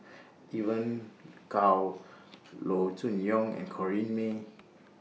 Evon Kow Loo Choon Yong and Corrinne May